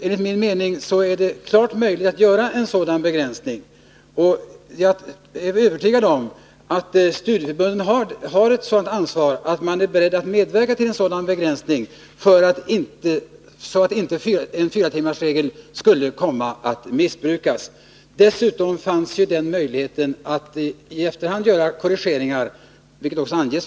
Enligt min mening är det emellertid fullt möjligt att göra en sådan begränsning. Jag är övertygad om att studieförbunden har ett sådant ansvar att de är beredda att medverka till en begränsning på ett sådant sätt att en 4-timmarsregel inte skulle komma att missbrukas. Dessutom fanns ju möjligheten att i efterhand göra korrigeringar — vilket f.ö.